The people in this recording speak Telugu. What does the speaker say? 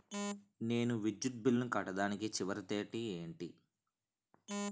నేను విద్యుత్ బిల్లు కట్టడానికి చివరి తేదీ ఏంటి?